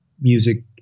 music